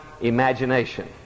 imagination